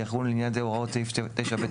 ויחולו לעניין זה הוראות סעיף 9(ב),